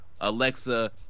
Alexa